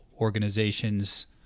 organizations